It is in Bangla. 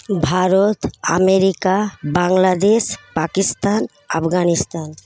ভারত আমেরিকা বাংলাদেশ পাকিস্তান আফগানিস্তান